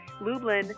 Lublin